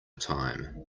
time